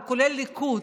כולל ליכוד,